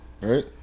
Right